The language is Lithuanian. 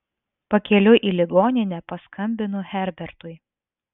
pakeliui į ligoninę paskambinu herbertui